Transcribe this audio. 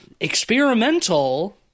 experimental